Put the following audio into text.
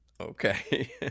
Okay